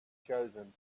chosen